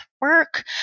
work